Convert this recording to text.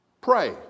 Pray